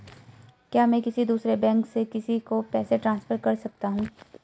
क्या मैं किसी दूसरे बैंक से किसी को पैसे ट्रांसफर कर सकता हूँ?